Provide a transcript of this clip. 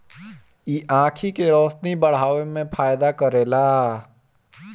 इ आंखी के रोशनी बढ़ावे में फायदा करेला